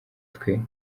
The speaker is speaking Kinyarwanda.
twe